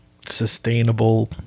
sustainable